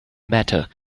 matter